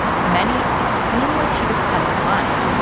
to many, it seemed like she was cutting in line.